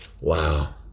Wow